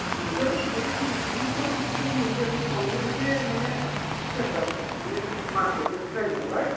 मोनगोन ओइ जिफोरखौबो मोनगोन बावनो एसे माने सेन्टार माने मार्केट बायदि जायो नालाय